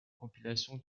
compilation